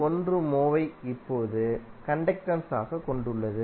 1 mho ஐ இப்போது conductance ஆக கொண்டுள்ளது